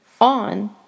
on